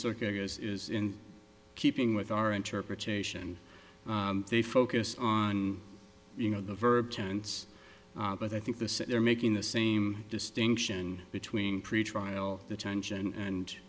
circuit is in keeping with our interpretation they focus on you know the verb tense but i think the they're making the same distinction between pretrial detention and